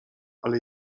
ale